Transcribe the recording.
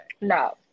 no